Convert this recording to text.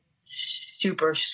super